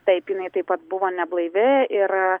taip jinai taip pat buvo neblaivi ir